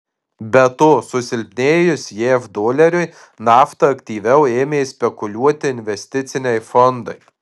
be to susilpnėjus jav doleriui nafta aktyviau ėmė spekuliuoti investiciniai fondai